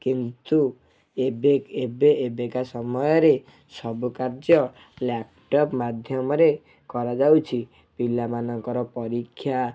କିନ୍ତୁ ଏବେ ଏବେ ଏବେକା ସମୟରେ ସବୁ କାର୍ଯ୍ୟ ଲ୍ୟାପ୍ଟପ୍ ମାଧ୍ୟମରେ କରାଯାଉଛି ପିଲାମାନଙ୍କ ପରୀକ୍ଷା